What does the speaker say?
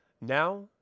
now